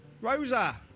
Rosa